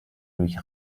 durch